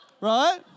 right